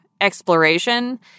exploration